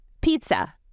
Pizza